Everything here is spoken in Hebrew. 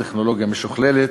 טכנולוגיה משוכללת,